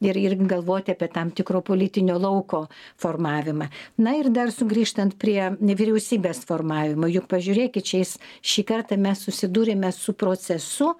ir ir galvoti apie tam tikro politinio lauko formavimą na ir dar sugrįžtant prie vyriausybės formavimo juk pažiūrėkit šiais šį kartą mes susidūrėme su procesu